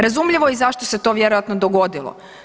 Razumljivo je i zašto se to vjerojatno dogodilo.